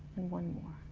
one more